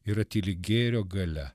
yra tyli gėrio galia